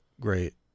great